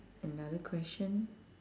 another question